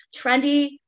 trendy